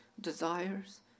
desires